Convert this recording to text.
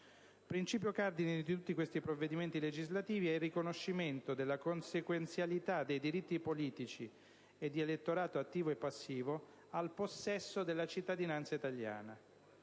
Principio cardine di tutti questi provvedimenti legislativi è il riconoscimento della consequenzialità dei diritti politici e di elettorato attivo e passivo al possesso della cittadinanza italiana.